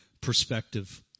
perspective